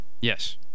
Yes